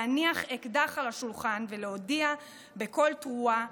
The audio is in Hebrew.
להניח אקדח על השולחן ולהודיע בקול תרועה